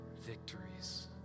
victories